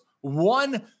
one